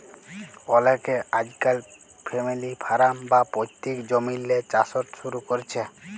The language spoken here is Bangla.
অলেকে আইজকাইল ফ্যামিলি ফারাম বা পৈত্তিক জমিল্লে চাষট শুরু ক্যরছে